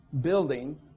building